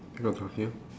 because of you